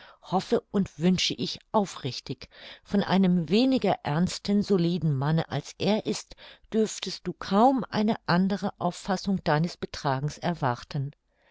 hoffe und wünsche ich aufrichtig von einem weniger ernsten soliden manne als er ist dürftest du kaum eine andere auffassung deines betragens erwarten